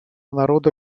народа